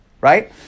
Right